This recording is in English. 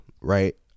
right